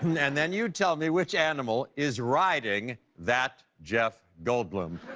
and then you tell me which animal is riding that jeff goldblum.